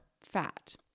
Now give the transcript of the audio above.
fat